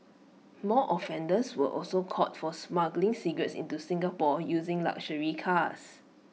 more offenders were also caught for smuggling cigarettes into Singapore using luxury cars